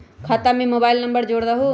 खाता में mobile number जोड़ दहु?